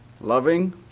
Loving